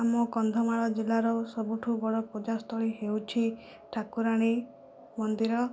ଆମ କନ୍ଧମାଳ ଜିଲ୍ଲାର ସବୁଠୁ ବଡ଼ ପୂଜା ସ୍ଥଳୀ ହେଉଛି ଠାକୁରାଣୀ ମନ୍ଦିର